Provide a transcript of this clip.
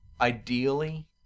Ideally